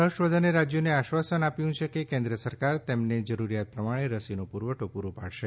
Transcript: હર્ષવર્ધને રાજ્યોને આશ્વાસન આપ્યું છે કે કેન્દ્ર સરકાર તેમને જરૂરિયાત પ્રમાણે રસીનો પુરવઠો પુરો પાડશે